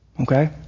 Okay